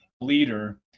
leader